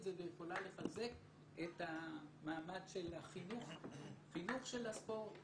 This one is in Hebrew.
זה והיא יכולה לחזק את המעמד של החינוך של הספורט,